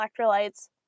electrolytes